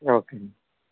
okay